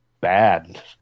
bad